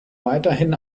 weiterhin